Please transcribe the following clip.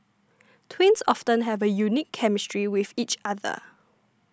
twins often have a unique chemistry with each other